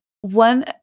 one